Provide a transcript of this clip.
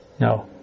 No